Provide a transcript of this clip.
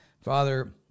Father